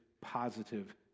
positive